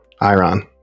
Iron